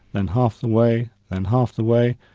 and half the way, and half the way,